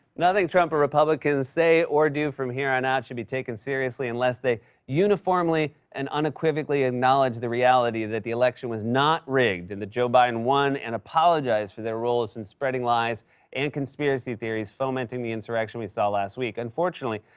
nothing trump or republicans say or do from here on out should be taken seriously, unless they uniformly and unequivocally acknowledge the reality that the election was not rigged, and that joe biden won, and apologize for their roles in spreading lies and conspiracy theories fomenting the insurrection we saw last week. unfortunately,